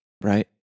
Right